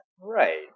Right